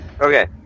Okay